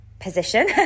position